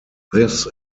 this